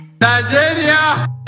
Nigeria